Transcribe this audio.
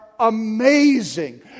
amazing